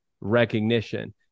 recognition